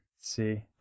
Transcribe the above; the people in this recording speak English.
see